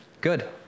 Good